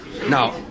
Now